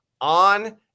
on